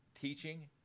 teaching